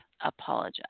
apologize